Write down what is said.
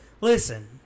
Listen